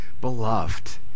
beloved